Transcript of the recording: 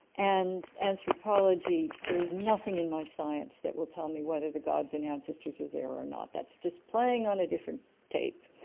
and anthropology. there is nothing in my science that will tell me whether the gods and ancestors are there or not, that's just playing on a different tape.